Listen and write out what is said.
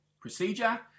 procedure